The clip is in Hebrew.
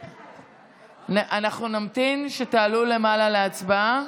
אנחנו נמתין שתעלו למעלה להצבעה.